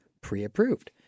pre-approved